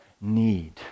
need